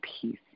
peace